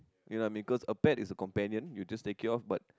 you know may cause a pet is a companion you just take care of but